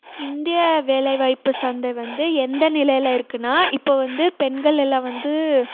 இந்திய வேலை வாய்ப்புச் சந்தை வந்து எந்த நிலையில் இருக்குன்னால் இப்போ வந்து பெண்கள் எல்லாம் வந்து